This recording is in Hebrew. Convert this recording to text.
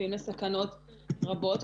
חשופים לסכנות רבות,